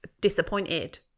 disappointed